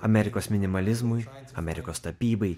amerikos minimalizmui amerikos tapybai